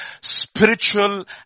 spiritual